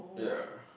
yeah